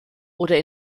oder